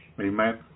Amen